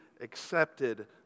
accepted